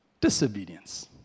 disobedience